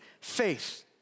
faith